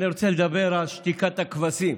אני רוצה לדבר על שתיקת הכבשים.